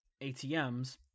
ATMs